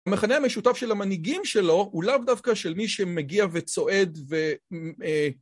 המכנה המשותף של המנהיגים שלו הוא לאו דווקא של מי שמגיע וצועד ו...